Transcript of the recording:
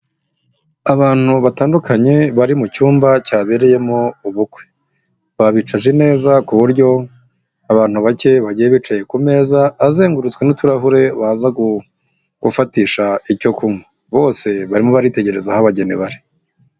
Abantu batandukanye bari mu cyumba cyabereyemo ubukwe, babicaje neza ku buryo abantu bake bagiye bicaye ku meza azengurutswe n'utuhure baza gufatisha icyo kunywa. Bose barimo baritegereza aho abageni bari.